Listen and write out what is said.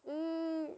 um